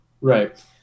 Right